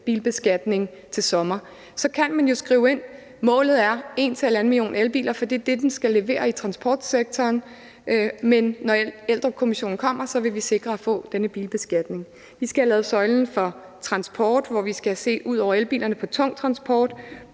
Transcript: bilbeskatning til sommer. Men så kan man jo skrive ind, at målet er 1-1,5 million elbiler, for det er det, der skal leveres i transportsektoren, men når Eldrupkommissionens forslag kommer, vil vi sikre at få denne bilbeskatning. Vi skal have lavet søjlen for transportsektoren, hvor vi ud over elbilerne skal se på tung transport